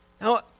Now